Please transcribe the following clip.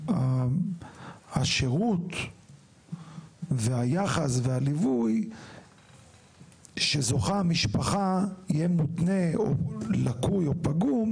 שהשירות והיחס והליווי שזוכה המשפחה יהיה מותנה או לקוי או פגום,